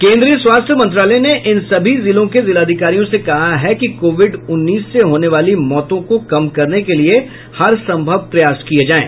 केंद्रीय स्वास्थ्य मंत्रालय ने इन सभी जिलों के जिलाधिकारियों से कहा है कि कोविड उन्नीस से होने वाली मौतों को कम करने के लिए हरसंभव प्रयास किये जाये